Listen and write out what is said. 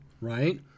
Right